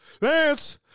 Lance